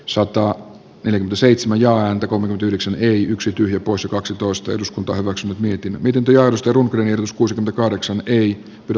sota yli seitsemän ja antako minut yhdeksän yksi tyhjä poissa kaksitoista eduskunta omaksunut mietin miten työllistärunkreus kuusi kahdeksan ei pidä